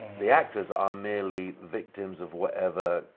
the actors are merely victims of whatever,